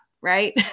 right